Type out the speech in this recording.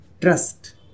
trust